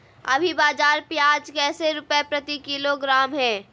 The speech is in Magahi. अभी बाजार प्याज कैसे रुपए प्रति किलोग्राम है?